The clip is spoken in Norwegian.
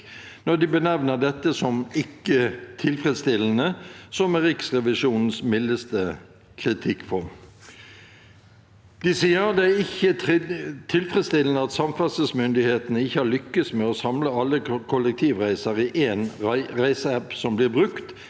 når de benevner dette som «ikke tilfredsstillende», som er Riksrevisjonens mildeste kritikkform. De sier at det ikke er tilfredsstillende at samferdselsmyndighetene ikke har lykkes med å samle alle kollektivreiser i én reiseapp som blir brukt,